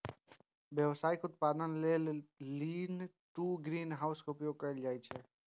व्यावसायिक उत्पादन लेल लीन टु ग्रीनहाउस के उपयोग कैल जाइ छै